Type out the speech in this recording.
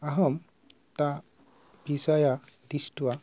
अहं तत् विषयं दृष्ट्वा